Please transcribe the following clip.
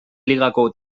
ligako